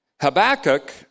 Habakkuk